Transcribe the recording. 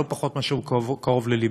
לא פחות מאשר הוא קרוב ללבי.